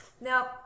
Now